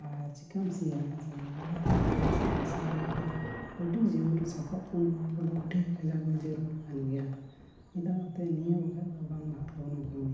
ᱟᱨ ᱪᱤᱠᱟᱹᱢ ᱥᱤᱭᱟ ᱦᱮᱸ ᱥᱮ ᱵᱟᱝ ᱱᱤᱭᱟᱹ ᱛᱟᱭᱚᱢ ᱪᱟᱥᱟ ᱵᱟᱥᱟ ᱨᱮᱭᱟᱜ ᱫᱚ ᱟᱹᱰᱤ ᱡᱟᱹᱨᱩᱲ ᱥᱟᱯᱟᱵ ᱠᱚ ᱚᱱᱟ ᱠᱚᱫᱚ ᱟᱹᱰᱤ ᱠᱟᱡᱟᱠ ᱡᱟᱹᱨᱩᱲ ᱠᱟᱱ ᱜᱮᱭᱟ ᱪᱮᱫᱟᱜᱛᱮ ᱱᱤᱭᱟᱹ ᱵᱟᱠᱷᱟᱱ ᱫᱚ ᱵᱟᱝ ᱞᱟᱦᱟᱜ ᱛᱟᱵᱚᱱᱟ ᱠᱟᱹᱢᱤ